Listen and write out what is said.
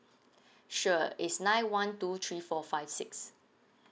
sure it's nine one two three four five six